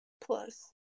plus